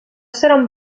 seran